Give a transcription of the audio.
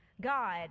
God